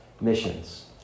missions